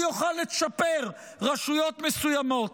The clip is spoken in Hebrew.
הוא יוכל לשפר רשויות מסוימות.